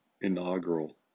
inaugural